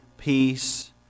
peace